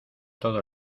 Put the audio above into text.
todo